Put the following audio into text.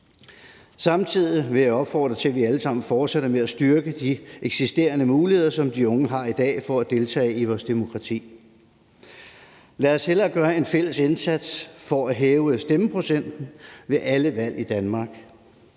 Samtidig vil jeg opfordre til, at vi alle sammen fortsætter med at styrke de eksisterende muligheder, som de unge har i dag, for at deltage i vores demokrati. Lad os hellere gøre en fælles indsats for at hæve stemmeprocenten ved alle valg i Danmark.